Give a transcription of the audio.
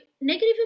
negative